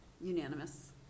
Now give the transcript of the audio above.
unanimous